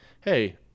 hey